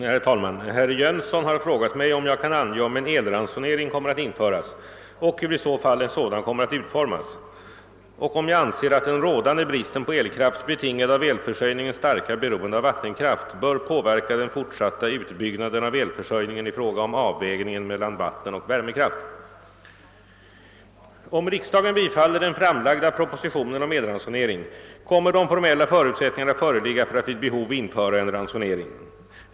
Herr talman! Herr Jönsson i Ingemarsgården har frågat mig om jag kan ange om en elransonering kommer att införas och hur i så fall en sådan kommer att utformas och om jag anser att den rådande bristen på elkraft, betingad av elförsörjningens starka beroende av vattenkraft, bör påverka den fortsatta utbyggnaden av elförsörjningen i fråga om avvägningen mellan vattenoch värmekraft. Om riksdagen bifaller den framlagda propositionen om elransonering, kommer de formella förutsättningarna föreligga för att vid behov införa en ransonering.